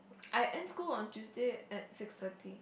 I end school on Tuesday at six thirty